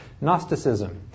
Gnosticism